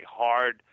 hard